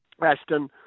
Ashton